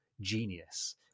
genius